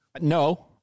No